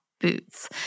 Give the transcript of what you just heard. Boots